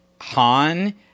Han